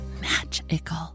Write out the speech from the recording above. magical